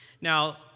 Now